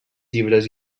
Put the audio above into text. llibres